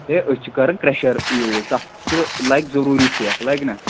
ہے أسۍ چھِ کَران کرٛیشَر یوٗز تَتھ چھِ لَگہِ ضروٗری سیٚکھ لَگہِ نا